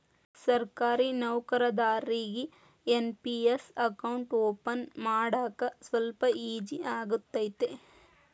ಸರ್ಕಾರಿ ನೌಕರದಾರಿಗಿ NPS account open ಮಾಡಾಕ ಸ್ವಲ್ಪ ಈಜಿ ಆಗತೈತ